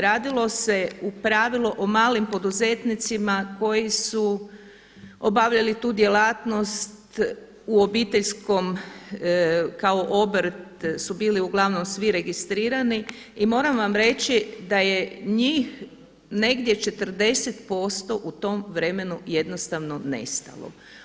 Radilo se u pravilu o malim poduzetnicima koji su obavljali tu djelatnost u obiteljskom kao obrt su bili uglavnom svi registrirani i moram vam reći da je njih negdje 40% u tom vremenu jednostavno nestalo.